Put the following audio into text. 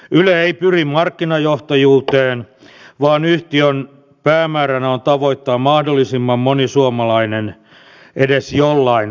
yle ei pyri markkinajohtajuuteen vaan yhtiön päämääränä on tavoittaa mahdollisimman moni suomalainen edes jollain sisällöllä